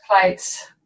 plates